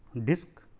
disc